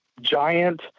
giant